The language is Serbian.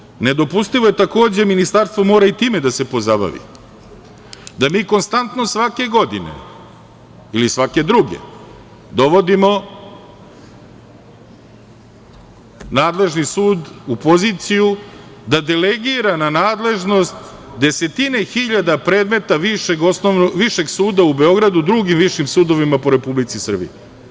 Prema tome, nedopustivo je takođe, ministarstvo mora i time da se pozabavi, da mi konstantno svake godine ili svake druge dovodimo nadležni sud u poziciju da delegira na nadležnost desetine hiljada predmeta Višeg suda u Beogradu, drugim višim sudovima po Republici Srbiji.